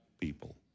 people